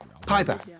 Piper